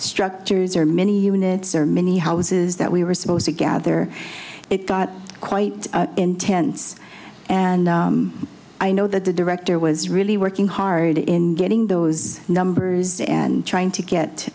structures or many units or many houses that we were supposed to gather it got quite intense and i know that the director was really working hard in getting those numbers and trying to get